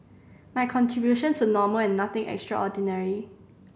my contributions were normal and nothing extraordinary